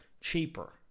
cheaper